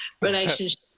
relationship